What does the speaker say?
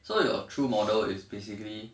so your true model is basically